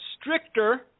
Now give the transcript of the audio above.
stricter